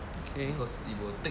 okay